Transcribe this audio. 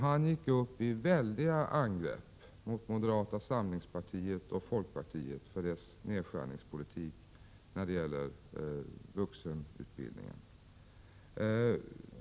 Han gick till mycket hårt angrepp mot moderata samlingspartiet och folkpartiet för deras nedskärningspolitik när det gäller vuxenutbildningen.